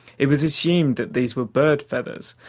it was assumed these were bird feathers,